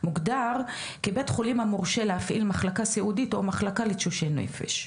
מוגדר כי בית חולים המורשה להפעיל מחלקה סיעודית או מחלקה לתשושי נפש,